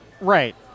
Right